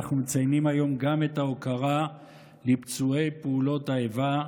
אנחנו מציינים היום גם את ההוקרה לפצועי פעולות האיבה,